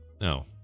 No